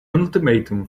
ultimatum